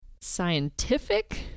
scientific